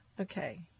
Okay